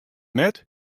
net